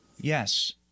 Yes